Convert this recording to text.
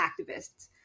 activists